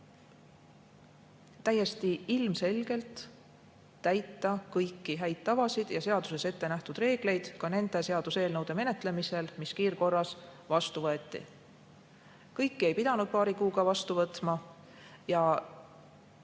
olnud võimalik täita kõiki häid tavasid ja seaduses ette nähtud reegleid ka nende seaduseelnõude menetlemisel, mis kiirkorras vastu võeti. Kõike ei pidanud paari kuuga vastu võtma.